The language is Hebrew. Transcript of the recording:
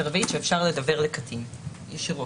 הרביעית שאפשר לדוור לקטין ישירות.